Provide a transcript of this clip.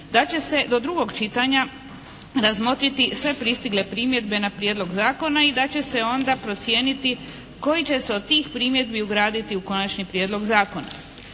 da će se do drugog čitanja razmotriti sve pristigle primjedbe na prijedlog zakona i da će se onda procijeniti koji će se od tih primjedbi ugraditi u konačni prijedlog zakona.